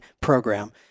program